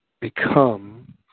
become